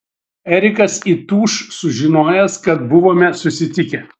erikas įtūš sužinojęs kad buvome susitikę